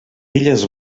illes